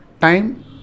time